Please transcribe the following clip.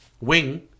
wing